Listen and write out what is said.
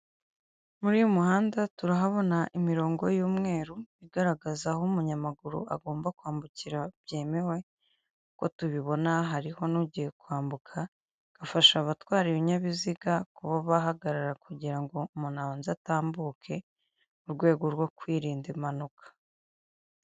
Muri uyu muhanda turahabona imirongo y'umweru igaragaza aho umunyamaguru agomba kwambukira byemewe, uko tubibona hariho n'ugiye kwambuka agafasha abatwara ibinyabiziga kuba bahagarara kugira ngo umuntu aze atambuke mu rwego rwo kwirinda impanuka.